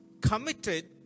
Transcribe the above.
committed